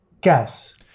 Guess